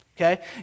Okay